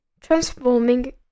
transforming